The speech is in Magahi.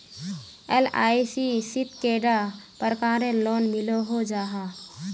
एल.आई.सी शित कैडा प्रकारेर लोन मिलोहो जाहा?